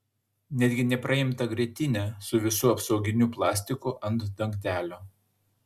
netgi nepraimtą grietinę su visu apsauginiu plastiku ant dangtelio